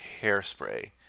hairspray